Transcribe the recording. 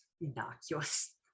innocuous